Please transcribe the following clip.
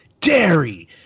dairy